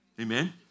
Amen